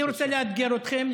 אני רוצה לאתגר אתכם,